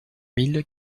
mille